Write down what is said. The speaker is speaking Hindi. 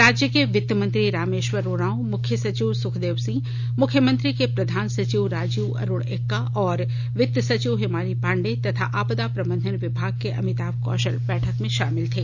राज्य के वित्त मंत्री रामेश्वर उरांव मुख्य सचिव सुखदेव सिंह मुख्यमंत्री के प्रधान सचिव राजीव अरुण एक्का और वित्त सचिव हिमानी पांडेय तथा आपदा प्रबंधन विभाग के अमिताभ कौशल बैठक में शामिल थे